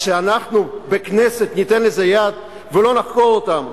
אז אנחנו, בכנסת, ניתן לזה יד ולא נחקור אותם?